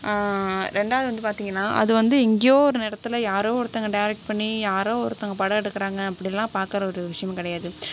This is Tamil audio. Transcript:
ரெண்டாவது வந்து பார்த்தீங்கனா அது வந்து எங்கேயோ ஒரு இடத்துல யாரோ ஒருத்தங்க டைரக்ட் பண்ணி யாரோ ஒருத்தவங்க படம் எடுக்கிறாங்க அப்படிலாம் பார்க்குற ஒரு விஷயம் கிடையாது